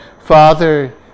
Father